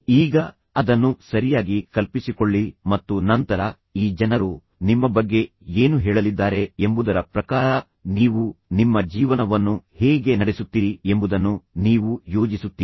ಈಗ ಅದನ್ನು ಸರಿಯಾಗಿ ಕಲ್ಪಿಸಿಕೊಳ್ಳಿ ಮತ್ತು ನಂತರ ಈ ಜನರು ನಿಮ್ಮ ಬಗ್ಗೆ ಏನು ಹೇಳಲಿದ್ದಾರೆ ಎಂಬುದರ ಪ್ರಕಾರ ನೀವು ನಿಮ್ಮ ಜೀವನವನ್ನು ಹೇಗೆ ನಡೆಸುತ್ತೀರಿ ಎಂಬುದನ್ನು ನೀವು ಯೋಜಿಸುತ್ತೀರಿ